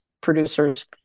producers